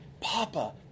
Papa